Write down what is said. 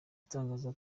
itangaza